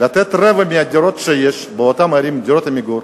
לתת רבע מהדירות שיש באותן ערים, דירות "עמיגור",